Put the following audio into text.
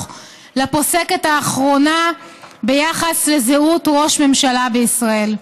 לפוסקת אחרונה ביחס לזהות ראש הממשלה בישראל.